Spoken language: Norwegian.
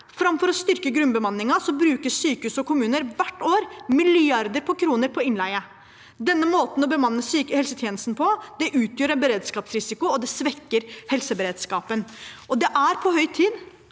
Framfor å styrke grunnbemanningen bruker sykehus og kommuner hvert år milliarder av kroner på innleie. Denne måten å bemanne helsetjenesten på utgjør en beredskapsrisiko og svekker helseberedskapen. Det er på høy tid